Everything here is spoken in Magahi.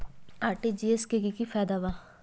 आर.टी.जी.एस से की की फायदा बा?